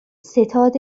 ستاد